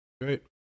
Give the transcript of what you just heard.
Great